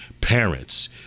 parents